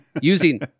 using